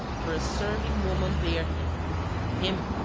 for a serving-woman bare him him,